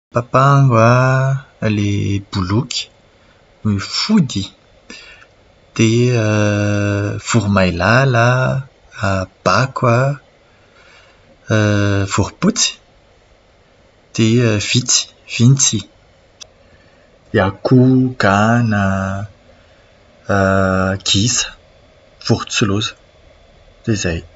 Papango an, fa ilay boloky, ny fody? Dia voromailala, bako an, vorompotsy, dia vitsy, vintsy. Akoho, gana, gisa, vorontsiloza. Izay.